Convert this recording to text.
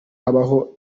habaho